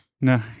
No